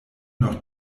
noch